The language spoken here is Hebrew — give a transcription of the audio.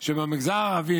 גם שבמגזר הערבי,